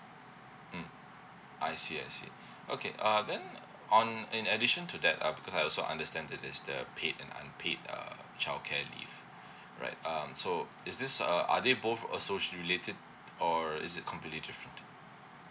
mm I see I see okay err then on in addition to that uh because I also understand that is the paid and unpaid uh childcare leave right um so is this err are they both also hugely related or is it completely different